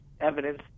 evidence